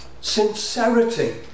sincerity